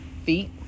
feet